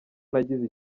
nagize